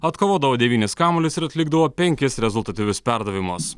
atkovodavo devynis kamuolius ir atlikdavo penkis rezultatyvius perdavimus